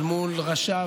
אל מול ראשיו,